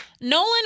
Nolan